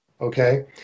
Okay